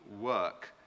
work